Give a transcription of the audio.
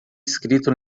escrito